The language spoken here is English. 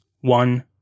One